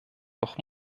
doch